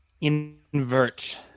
invert